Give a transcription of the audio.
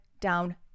down